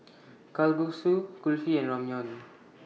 Kalguksu Kulfi and Ramyeon